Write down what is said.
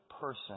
person